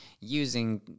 using